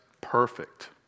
perfect